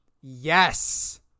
Yes